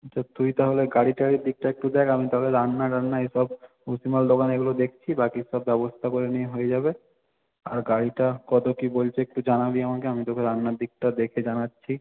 তো তুই তাহলে গাড়ি টাড়ির দিকটা একটু দেখ আমি তাহলে রান্না টান্না এসব ভুসিমাল দোকান এগুলো দেখছি বাকি সব ব্যবস্থা করে নিয়ে হয়ে যাবে আর গাড়িটা কত কী বলছে একটু জানাবি আমাকে আমি তোকে রান্নার দিকটা দেখে জানাচ্ছি